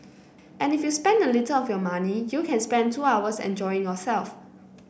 and if you spend a little of your money you can spend two hours enjoying yourself